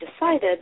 decided